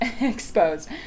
exposed